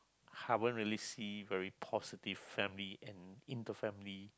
haven't really see very positive family and in the family